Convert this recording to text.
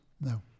No